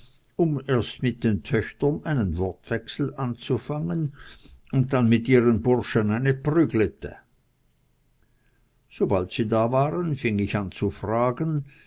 erst mit den töchtern einen wortwechsel anzufangen und dann mit ihren burschen eine prügelte sobald sie da waren fing ich an zu fragen